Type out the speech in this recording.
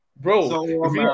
bro